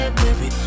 baby